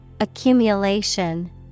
Accumulation